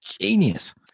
genius